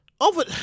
over